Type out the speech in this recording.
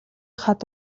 хад